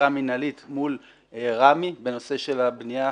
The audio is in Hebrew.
עתירה מנהלית מול רמ"י בנושא של הבניה,